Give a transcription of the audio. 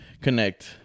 connect